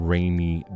Rainy